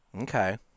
Okay